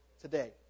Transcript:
today